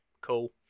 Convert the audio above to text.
cool